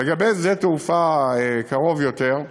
לגבי שדה תעופה קרוב יותר,